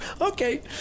Okay